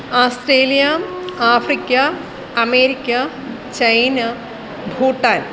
Australia Africa America China Bhutan